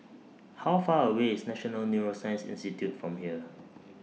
How Far away IS National Neuroscience Institute from here